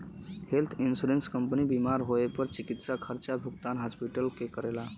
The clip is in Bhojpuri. हेल्थ इंश्योरेंस कंपनी बीमार होए पर चिकित्सा खर्चा क भुगतान हॉस्पिटल के करला